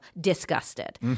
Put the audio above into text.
Disgusted